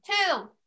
two